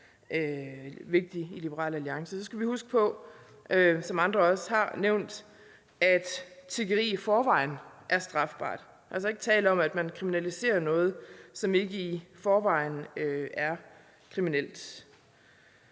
vigtig. Så skal vi huske på, som andre også har nævnt, at tiggeri i forvejen er strafbart. Der er altså ikke tale om, at man kriminaliserer noget, som ikke i forvejen er kriminelt.